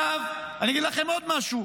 עכשיו אני אגיד לכם עוד משהו.